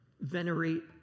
venerate